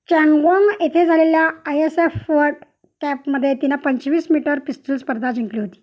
Changwon येथे झालेल्या I S F world कॅपमध्ये तिनं पंचवीस मीटर पिस्तुल स्पर्धा जिंकली होती